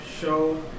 show